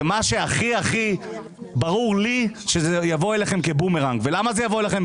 מאוד ברור לי שזה יבוא אליכם כבומרנג, ולמה?